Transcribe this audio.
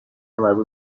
مربوط